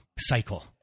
cycle